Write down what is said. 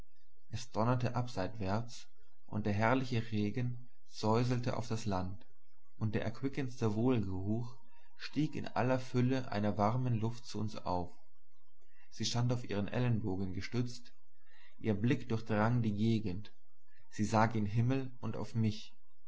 es donnerte abseitwärts und der herrliche regen säuselte auf das land und der erquickendste wohlgeruch stieg in aller fülle einer warmen luft zu uns auf sie stand auf ihren ellenbogen gestützt ihr blick durchdrang die gegend sie sah gen himmel und auf mich